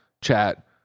chat